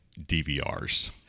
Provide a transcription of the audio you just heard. DVRs